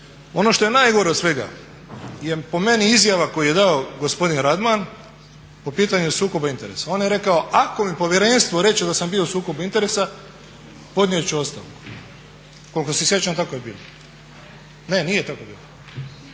ono što je najgore od svega je po meni izjava koju je dao gospodin Radman po pitanju sukoba interesa. On je rekao, ako mi Povjerenstvo reče da sam bio u sukobu interesa podnijet ću ostavku. Koliko se sjećam tako je bilo. Ne nije tako bilo?